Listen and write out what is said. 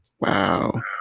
Wow